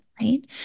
right